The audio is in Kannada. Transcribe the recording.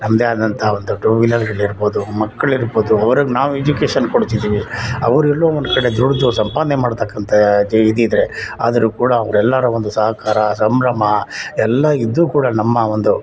ನಮ್ಮದೇ ಆದಂಥ ಒಂದು ಟು ವಿಲರ್ಗಳು ಇರ್ಬೋದು ಮಕ್ಳು ಇರ್ಬೋದು ಅವ್ರಿಗೆ ನಾವು ಎಜುಕೇಷನ್ ಕೊಡ್ತಿದ್ದೀವಿ ಅವ್ರು ಎಲ್ಲೋ ಒಂದು ಕಡೆ ದುಡ್ದು ಸಂಪಾದನೆ ಮಾಡ್ತಕ್ಕಂಥ ಅದು ಇದು ಇದ್ದರೆ ಆದ್ರೂ ಕೂಡ ಅವ್ರು ಎಲ್ಲರ ಒಂದು ಸಹಕಾರ ಸಂಭ್ರಮ ಎಲ್ಲ ಇದ್ದೂ ಕೂಡ ನಮ್ಮ ಒಂದು